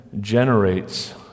generates